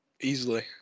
easily